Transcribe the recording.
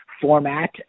format